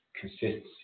consistency